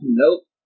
nope